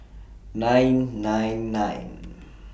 nine nine nine